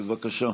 בבקשה.